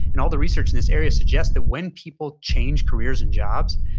and all the research in this area suggests that when people change careers and jobs,